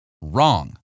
Wrong